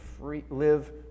live